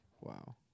Wow